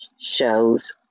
shows